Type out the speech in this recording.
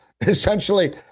Essentially